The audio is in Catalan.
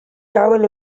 cauen